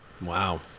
Wow